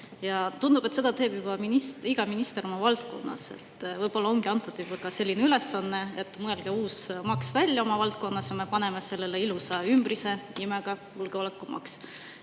ja tundub, et seda teeb juba iga minister oma valdkonnas. Võib-olla ongi antud selline ülesanne, et mõelge uus maks välja oma valdkonnas ja me paneme sellele ilusa ümbrise nimega julgeolekumaks.